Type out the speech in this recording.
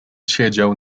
siedział